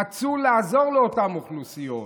רצו לעזור לאותן אוכלוסיות.